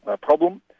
problem